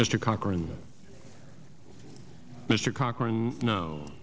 mr cochran mr cochran no